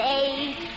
eight